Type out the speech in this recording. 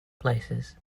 places